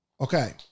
Okay